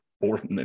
fourth